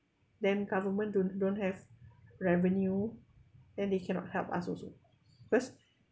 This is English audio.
then government don't don't have revenue then they cannot help us also first